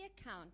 account